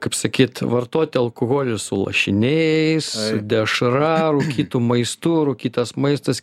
kaip sakyt vartoti alkoholį su lašiniais dešra rūkytu maistu rūkytas maistas